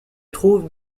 trouve